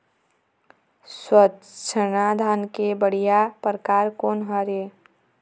स्वर्णा धान के बढ़िया परकार कोन हर ये?